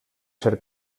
ser